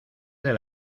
del